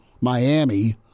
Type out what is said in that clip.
Miami